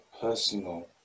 personal